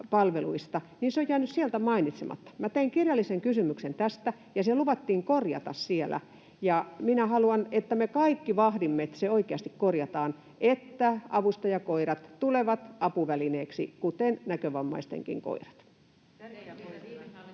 apuvälinepalveluista. Minä tein kirjallisen kysymyksen tästä, ja se luvattiin korjata siellä. Minä haluan, että me kaikki vahdimme, että se oikeasti korjataan, että avustajakoirat tulevat apuvälineiksi kuten näkövammaistenkin koirat.